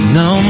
no